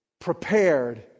prepared